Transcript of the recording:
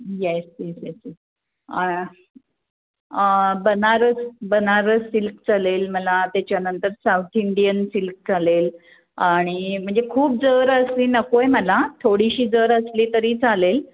yes yes yes yes Banaras Banaras silk चालेल मला त्याच्यानंतर साऊथ इंडियन सिल्क चालेल आणि म्हणजे खूप जर असली नको आहे मला थोडीशी जर असली तरी चालेल